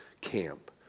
camp